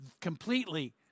completely